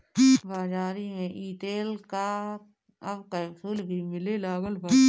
बाज़ारी में इ तेल कअ अब कैप्सूल भी मिले लागल बाटे